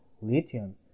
lithium